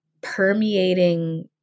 permeating